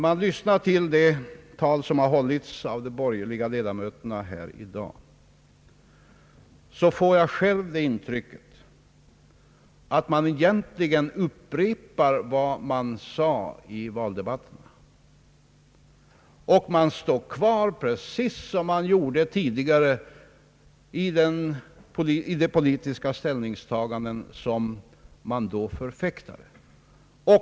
Jag har fått intrycket att de borgerliga talarna här i dag har upprepat vad de sagt i valdebatterna. De håller fast vid samma politiska ställningstaganden som de förfäktade då.